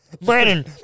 Brandon